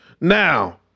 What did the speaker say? Now